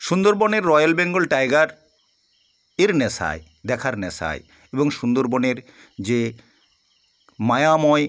সুন্দরবনে royal Bengal tiger এর নেশায় দেখার নেশায় এবং সুন্দরবনের যে মায়াময়